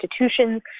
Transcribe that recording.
institutions